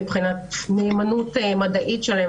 מבחינת מהימנות מדעית שלהם,